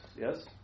Yes